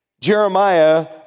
Jeremiah